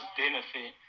benefit